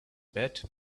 bet